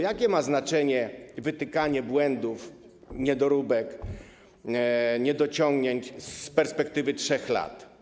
Jakie ma bowiem znaczenie wytykanie błędów, niedoróbek, niedociągnięć z perspektywy 3 lat?